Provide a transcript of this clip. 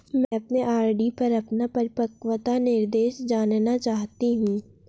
मैं अपने आर.डी पर अपना परिपक्वता निर्देश जानना चाहती हूँ